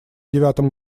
девятом